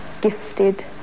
gifted